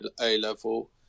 A-level